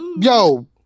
Yo